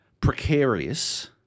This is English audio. precarious